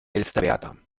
elsterwerda